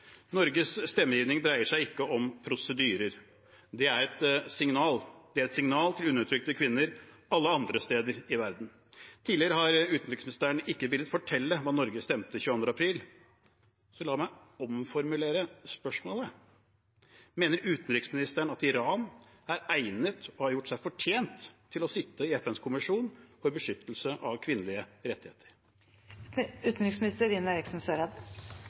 Norges stemmegivning dreier seg ikke om prosedyrer. Det er et signal – et signal til undertrykte kvinner alle andre steder i verden. Tidligere har utenriksministeren ikke villet fortelle hva Norge stemte 22. april, så la meg omformulere spørsmålet: Mener utenriksministeren at Iran er egnet og har gjort seg fortjent til å sitte i FNs kommisjon for beskyttelse av kvinners rettigheter?